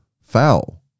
foul